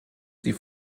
sie